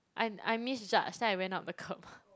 I I misjudge then I went up the curb